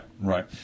right